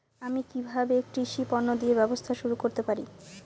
আমি কিভাবে কৃষি পণ্য দিয়ে ব্যবসা শুরু করতে পারি?